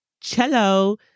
Cello